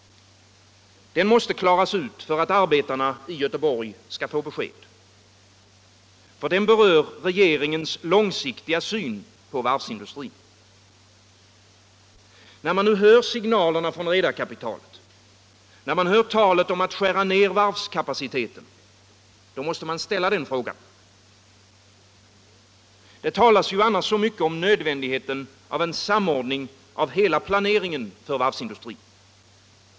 Den måste klaras ut för att arbetarna i Göteborg skall få besked. Den berör regeringens långsiktiga syn på varvsindustrin. När man hör signalerna från redarkapitalet, när man hör talet om att skära ner varvskapaciteten, då måste man ställa den frågan. Det talas annars så mycket om nödvändigheten av en samordning av hela planeringen för varvsindustrin.